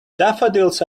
daffodils